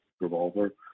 revolver